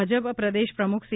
ભાજપ પ્રદેશ પ્રમૃખ સી